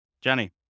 johnny